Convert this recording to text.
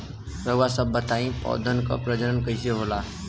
रउआ सभ बताई पौधन क प्रजनन कईसे होला?